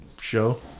show